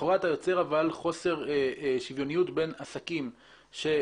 לכאורה אתה יוצר חוסר שוויוניות בין עסקים שמושכרים